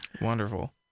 Wonderful